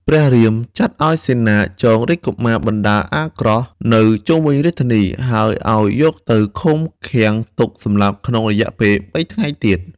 ព្រះរាមចាត់ឱ្យសេនាចងរាជកុមារបណ្តើរអាក្រោសនៅជុំវិញរាជធានី ហើយឱ្យយកទៅឃុំឃាំងទុកសម្លាប់ក្នុងរយះបីថ្ងៃទៀត។